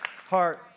heart